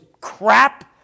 crap